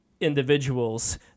individuals